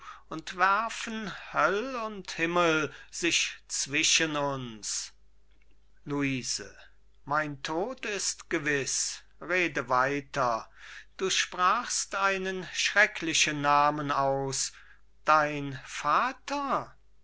und wärfen höll und himmel sich zwischen uns luise mein tod ist gewiß rede weiter du sprachst einen schrecklichen namen aus dein vater